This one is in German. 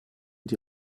die